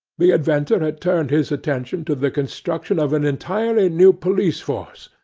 the inventor had turned his attention to the construction of an entirely new police force,